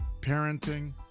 parenting